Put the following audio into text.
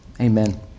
Amen